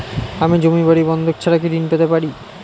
আমি জমি বাড়ি বন্ধক ছাড়া কি ঋণ পেতে পারি?